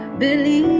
believe